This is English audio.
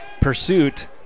pursuit